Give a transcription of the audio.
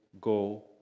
go